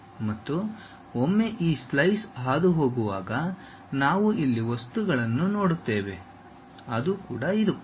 ಮತ್ತು ಒಮ್ಮೆ ಈ ಸ್ಲೈಸ್ ಹಾದುಹೋಗುವಾಗ ನಾವು ಇಲ್ಲಿ ವಸ್ತುಗಳನ್ನು ನೋಡುತ್ತೇವೆ ಅದು ಇದು